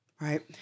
right